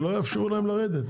שלא יאפשרו להם לרדת,